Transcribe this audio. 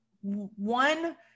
One